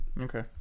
Okay